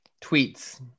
tweets